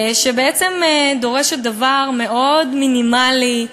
שבעצם דורשת דבר מאוד מינימלי,